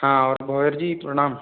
हाँ और भंवर जी प्रणाम